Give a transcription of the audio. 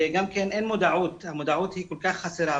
וגם אין מודעות, המודעות כל כך חסרה.